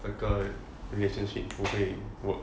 the guy relationship 不会 work